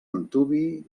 antuvi